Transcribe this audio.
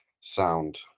sound